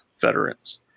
veterans